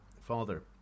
father